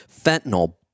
Fentanyl